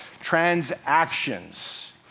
transactions